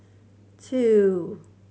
two